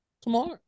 Tomorrow